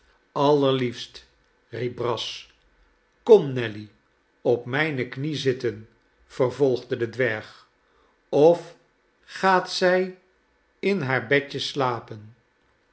allerliefst riep brass komt nelly op mijne knie zitten vervolgde de dwerg of gaat zij in haar bedje slapen